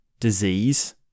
disease